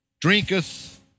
drinketh